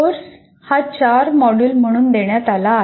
course चार module म्हणून देण्यात आला आहे